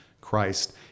Christ